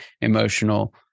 emotional